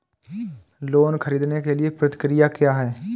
Loan ख़रीदने के लिए प्रक्रिया क्या है?